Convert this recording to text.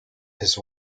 his